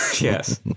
yes